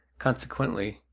consequently,